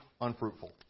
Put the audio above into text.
unfruitful